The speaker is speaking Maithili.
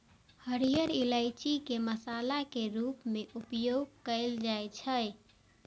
हरियर इलायची के मसाला के रूप मे उपयोग कैल जाइ छै